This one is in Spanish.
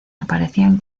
aparecían